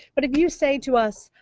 but if you say to us,